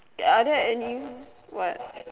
ya are there any what